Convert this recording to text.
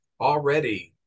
already